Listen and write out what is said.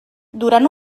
durant